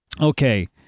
Okay